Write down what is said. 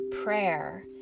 Prayer